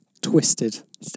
Twisted